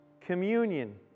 Communion